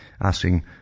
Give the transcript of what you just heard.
asking